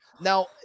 now